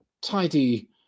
tidy